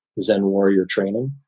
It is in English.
zenwarriortraining